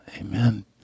Amen